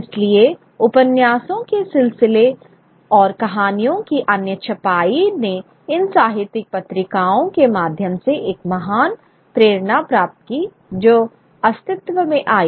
इसलिए उपन्यासों के सिलसिले और कहानियों की अन्य छपाई ने इन साहित्यिक पत्रिकाओं के माध्यम से एक महान प्रेरणा प्राप्त की जो अस्तित्व में आई